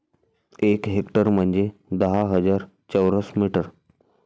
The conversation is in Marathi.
एक हेक्टर म्हंजे दहा हजार चौरस मीटर